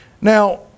Now